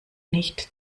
nicht